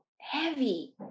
heavy